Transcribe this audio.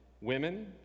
women